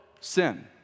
sin